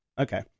Okay